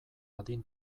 adin